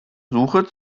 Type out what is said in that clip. suche